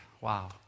Wow